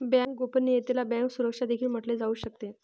bank गोपनीयतेला bank सुरक्षा देखील म्हटले जाऊ शकते